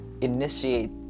initiate